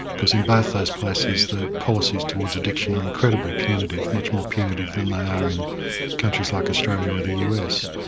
because in both those places the policies towards addiction are incredibly punitive, much more punitive than they are in countries like australia or the us.